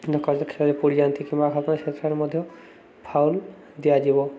ପଡ଼ି ଯାଆନ୍ତି କିମ୍ବା ସେଠାରେ ମଧ୍ୟ ଫାଉଲ୍ ଦିଆଯିବ